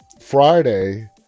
friday